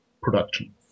production